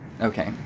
Okay